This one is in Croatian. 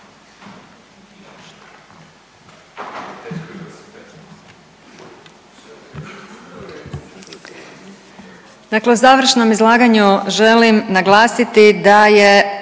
završnom izlaganju želim naglasiti da je